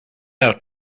out